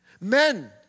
Men